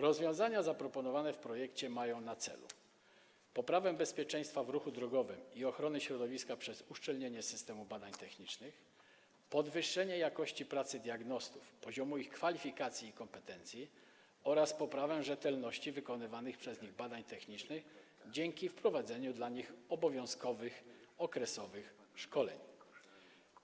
Rozwiązania zaproponowane w projekcie mają na celu poprawę bezpieczeństwa w ruchu drogowym i ochronę środowiska przez uszczelnienie systemów badań technicznych; podwyższenie jakości pracy diagnostów, poziomu ich kwalifikacji i kompetencji oraz poprawę rzetelności wykonywanych przez nich badań technicznych dzięki wprowadzeniu dla nich obowiązkowych okresowych szkoleń;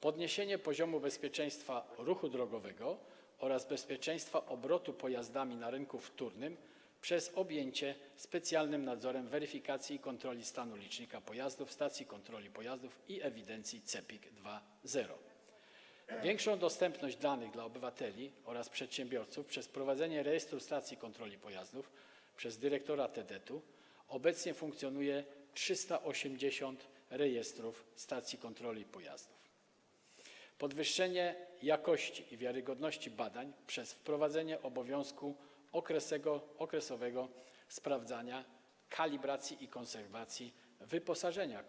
podniesienie poziomu bezpieczeństwa ruchu drogowego oraz bezpieczeństwa obrotu pojazdami na rynku wtórnym przez objęcie specjalnym nadzorem weryfikacji i kontroli stanu licznika pojazdów stacji kontroli pojazdów i ewidencji CEPiK 2.0; większą dostępność danych dla obywateli oraz przedsiębiorców przez wprowadzenie rejestru stacji kontroli pojazdów przez dyrektora TDT-u, obecnie funkcjonuje 380 rejestrów stacji kontroli pojazdów; podwyższenie jakości i wiarygodności badań przez wprowadzenie obowiązku okresowego sprawdzania kalibracji i konserwacji wyposażenia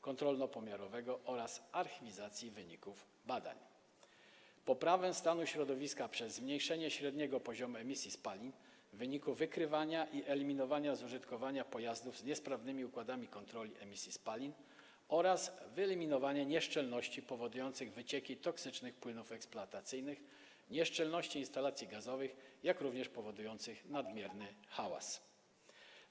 kontrolno-pomiarowego oraz archiwizacji wyników badań; poprawę stanu środowiska przez zmniejszenie średniego poziomu emisji spalin w wyniku wykrywania i eliminowania z użytkowania pojazdów z niesprawnymi układami kontroli emisji spalin oraz wyeliminowania nieszczelności powodujących wycieki toksycznych płynów eksploatacyjnych, nieszczelności instalacji gazowych, jak również powodujących nadmierny hałas;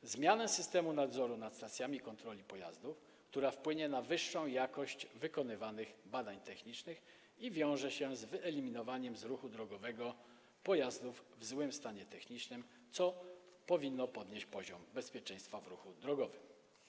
zmiany systemu nadzoru nad stacjami kontroli pojazdów, która wpłynie na wyższą jakość wykonywanych badań technicznych i wiąże się z wyeliminowaniem z ruchu drogowego pojazdów w złym stanie technicznym, co powinno podnieść poziom bezpieczeństwa w ruchu drogowym.